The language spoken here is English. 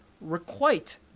requite